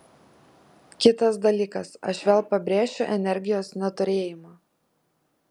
kitas dalykas aš vėl pabrėšiu energijos neturėjimą